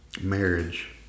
marriage